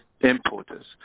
importers